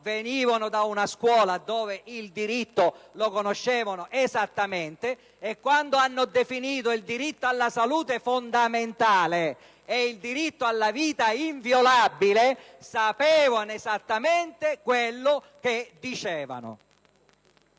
venivano da una scuola che conosceva perfettamente il diritto e quando hanno definito il diritto alla salute fondamentale e il diritto alla vita inviolabile sapevano esattamente quello che dicevano.